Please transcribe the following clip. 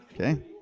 Okay